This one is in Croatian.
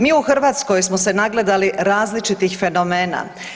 Mi u Hrvatskoj smo se nagledali različitih fenomena.